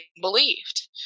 believed